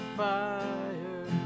fire